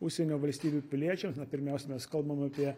užsienio valstybių piliečiams na pirmiausia mes kalbam apie